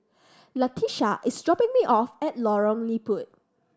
Latisha is dropping me off at Lorong Liput